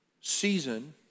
season